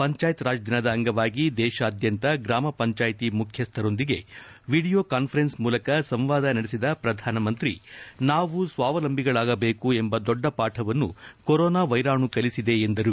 ಪಂಚಾಯತ್ ರಾಜ್ ದಿನದ ಅಂಗವಾಗಿ ದೇಶಾದ್ಯಂತ ಗ್ರಾಮ ಪಂಚಾಯತಿ ಮುಖ್ಯಸ್ನರೊಂದಿಗೆ ವಿಡಿಯೋ ಕಾಸ್ಫರೆನ್ಸ್ ಮೂಲಕ ಸಂವಾದ ನಡೆಸಿದ ಪ್ರಧಾನಿ ನಾವು ಸ್ವಾವಲಂಬಿಗಳಾಗಬೇಕು ಎಂಬ ದೊಡ್ಡ ಪಾಠವನ್ನು ಕೊರೋನಾ ವೈರಾಣು ಕಲಿಸಿದೆ ಎಂದರು